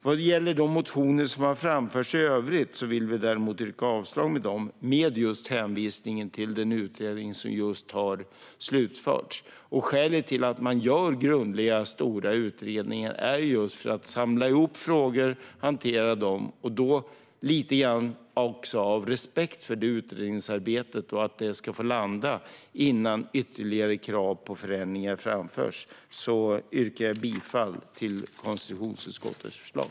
Vad gäller de motioner som har förts fram i övrigt vill vi yrka avslag på dem med hänvisning till den utredning som just har slutförts. Skälet till att man gör grundliga stora utredningar är för att samla ihop frågor och hantera dem. Lite av respekt för att utredningsarbetet ska få landa innan ytterligare krav på förändringar framförs yrkar jag bifall till konstitutionsutskottets förslag.